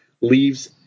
leaves